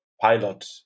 pilot